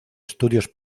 estudios